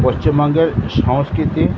পশ্চিমবঙ্গের সংস্কৃতি